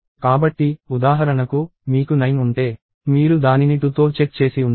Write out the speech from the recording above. కాబట్టి ఉదాహరణకు మీకు 9 ఉంటే మీరు దానిని 2 తో చెక్ చేసి ఉంటారు